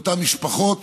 לאותן משפחות